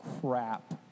crap